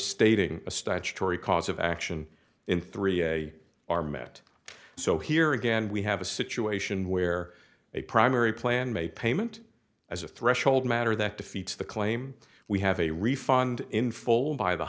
stating a statutory cause of action in three are met so here again we have a situation where a primary plan may payment as a threshold matter that defeats the claim we have a refund in full by the